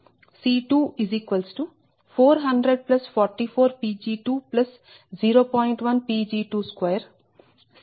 1 Pg22 C330040Pg30